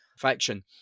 faction